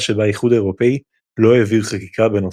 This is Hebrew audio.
שבה האיחוד האירופי לא העביר חקיקה בנושא.